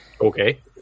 Okay